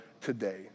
today